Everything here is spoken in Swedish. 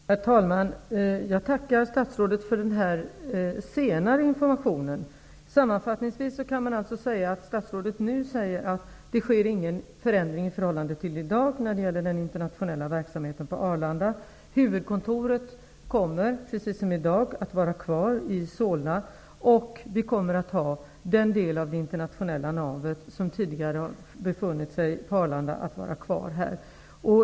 Herr talman! Jag tackar statsrådet för den senare informationen. Sammanfattningsvis kan man alltså säga att statrådet nu säger att det inte sker någon förändring i förhållande till i dag när det gäller den internationella verksamheten på Arlanda. Huvudkontoret kommer, precis som i dag, att vara kvar i Solna, och vi kommer att ha den del av det internationella navet som tidigare har befunnit sig på Arlanda kvar.